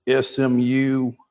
SMU